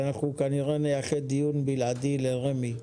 כנראה שנייחד דיון בלעדי לרמ"י.